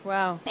Wow